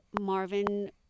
Marvin